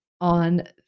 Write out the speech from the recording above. on